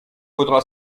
faudra